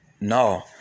no